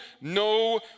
no